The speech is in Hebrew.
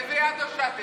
איזו יד הושטת?